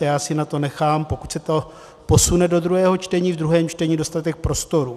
A já si na to nechám, pokud se to posune do druhého čtení, v druhém čtení dostatek prostoru.